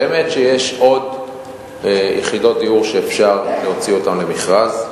אמת, יש עוד יחידות דיור שאפשר להוציא אותן למכרז.